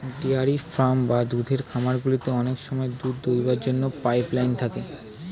dairy farm বা দুধের খামারগুলিতে অনেক সময় দুধ দোয়াবার জন্য পাইপ লাইন থাকে